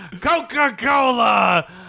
Coca-Cola